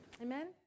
Amen